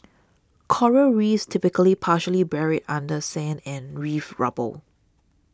coral Reefs typically partially buried under sand and reef rubble